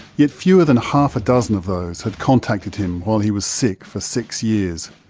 yet fewer than half a dozen of those had contacted him while he was sick for six years.